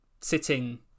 sitting